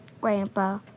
Grandpa